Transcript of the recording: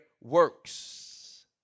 works